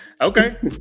okay